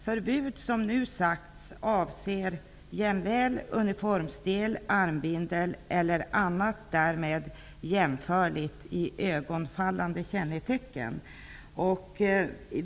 Förbud som nu sagts avser jämväl uniformsdel, armbindel eller annat därmed jämförligt i ögonen fallande kännetecken.''